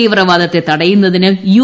തീവ്രവാദത്തെ തടയുന്നതിന് യു